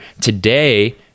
today